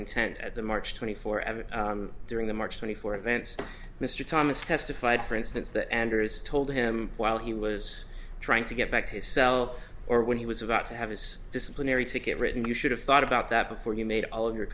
intent at the march twenty four ever during the march twenty four events mr thomas testified for instance that anders told him while he was trying to get back to his cell or when he was about to have his disciplinary ticket written you should have thought about that before you made all of your